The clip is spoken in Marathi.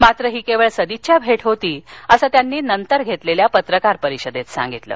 मात्र ही केवळ सदिच्छा भेट होती असं त्यांनी नंतर घेतलेल्या पत्रकार परिषदेत सांगितलं